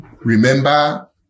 Remember